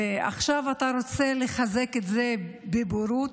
עכשיו אתה רוצה לחזק את זה בבורות?